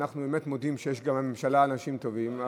ואנחנו מודים שיש באמת בממשלה גם אנשים טובים,